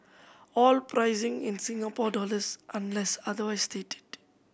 all pricing in Singapore dollars unless otherwise stated